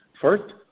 First